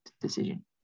decision